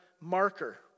marker